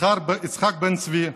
יצחק בן-צבי,